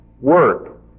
work